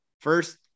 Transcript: first